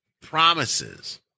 promises